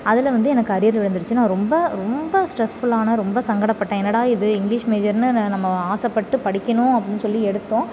அதில் வந்து எனக்கு அரியர் விழுந்துரிச்சு நான் ரொம்ப ரொம்ப ஸ்ட்ரெஸ்ஃபுல்லான ரொம்ப சங்கடப்பட்டேன் என்னடா இது இங்கிலிஷ் மேஜர்ன்னு நம்ம ஆசைப்பட்டு படிக்கணும் அப்படினு சொல்லி எடுத்தோம்